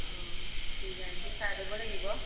অ ডিজাইনটো চাই ল'ব লাগিব